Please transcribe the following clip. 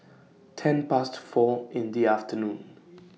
ten Past four in The afternoon